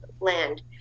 land